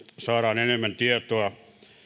saadaan enemmän tietoa